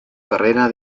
carrera